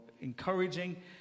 encouraging